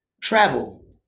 travel